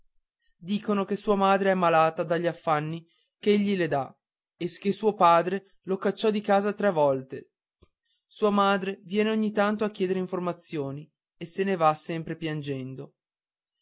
dicono che sua madre è malata dagli affanni ch'egli le dà e che suo padre lo cacciò di casa tre volte sua madre viene ogni tanto a chiedere informazioni e se ne va sempre piangendo